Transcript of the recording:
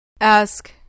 Ask